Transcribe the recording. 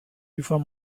before